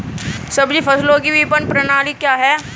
सब्जी फसलों की विपणन प्रणाली क्या है?